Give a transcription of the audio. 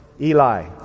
Eli